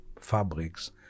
fabrics